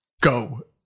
go